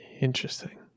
Interesting